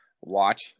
watch